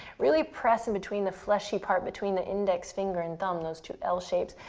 really press in between the fleshy part between the index finger and thumb, those two l shapes,